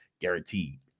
Guaranteed